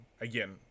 again